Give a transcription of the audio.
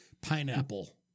pineapple